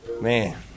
Man